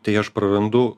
tai aš prarandu